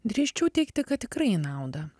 drįsčiau teigti kad tikrai į naudą